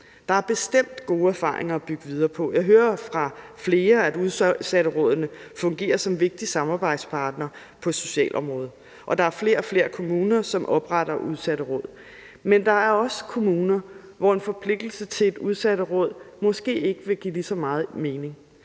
Der er bestemt gode erfaringer at bygge videre på. Jeg hører fra flere, at udsatterådene fungerer som vigtige samarbejdspartnere på socialområdet, og der er flere og flere kommuner, som opretter udsatteråd. Men der er også kommuner, hvor en forpligtelse til et udsatteråd måske ikke vil give lige så meget mening.